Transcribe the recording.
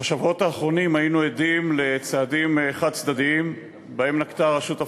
בשבועות האחרונים היינו עדים לצעדים חד-צדדיים שנקטה הרשות הפלסטינית,